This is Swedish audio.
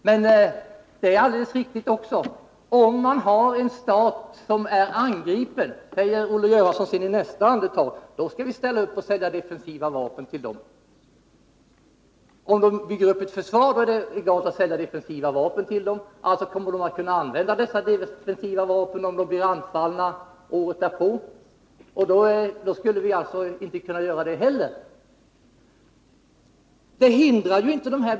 Men om en stat är angripen — som Olle Göransson säger i nästa andetag — då skall vi ställa upp och sälja defensiva vapen. Om landet bygger upp ett försvar, är det egalt, om man säljer defensiva vapen. Men då kommer landet att kunna använda dessa defensiva vapen, om det blir anfallet året därpå. Och då skulle det alltså inte vara i sin ordning.